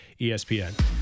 ESPN